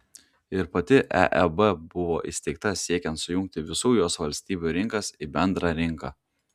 ir pati eeb buvo įsteigta siekiant sujungti visų jos valstybių rinkas į bendrą rinką